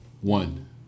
One